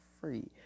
free